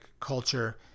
culture